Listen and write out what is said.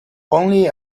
only